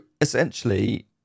essentially